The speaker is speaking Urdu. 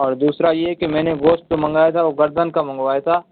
اور دوسرا یہ کہ میں نے گوشت منگایا تھا وہ گردن کا منگوایا تھا